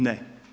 Ne.